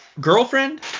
girlfriend